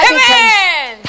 Amen